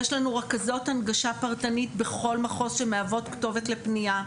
יש לנו רכזות הנגשה פרטנית בכל מחוז שמהוות כתובת לפניה,